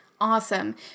Awesome